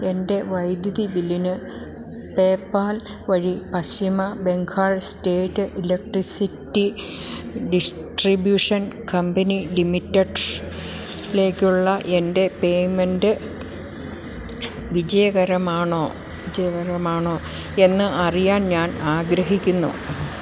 എൻ്റെ വൈദ്യുതി ബില്ലിന് പേപാൽ വഴി Paschim Bengal state electricity distribution company ലിമിറ്റഡിലേക്കുള്ള എൻ്റെ പേയ്മെൻ്റ് വിജയകരമാണോ എന്നറിയാൻ ഞാനാഗ്രഹിക്കുന്നു